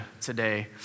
today